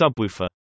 subwoofer